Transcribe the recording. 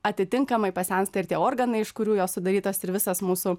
atitinkamai pasensta ir tie organai iš kurių jos sudarytos ir visas mūsų